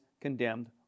condemned